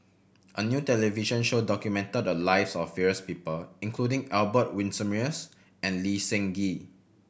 a new television show documented the lives of various people including Albert Winsemius and Lee Seng Gee